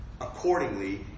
accordingly